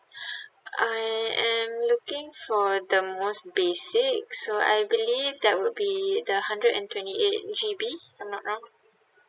I am looking for the most basic so I believe that would be the hundred and twenty eight G_B if I'm not wrong